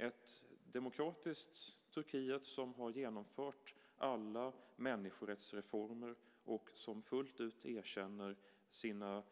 Ett demokratiskt Turkiet som har genomfört alla människorättsreformer och som fullt ut erkänner sina